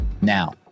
now